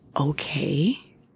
okay